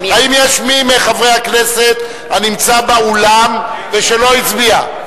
האם יש מי מחברי הכנסת הנמצא באולם ושלא הצביע?